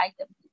item